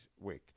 week